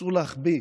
שאסור להחביא,